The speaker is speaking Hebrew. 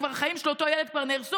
כשכבר החיים של אותו ילד נהרסו,